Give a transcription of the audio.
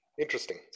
interesting